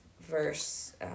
verse